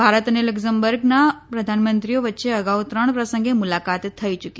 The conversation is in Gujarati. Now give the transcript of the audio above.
ભારત અને લકઝમબર્ગના પ્રધાનમંત્રીઓ વચ્ચે અગાઉ ત્રણ પ્રસંગે મુલાકાત થઇ ચૂકી છે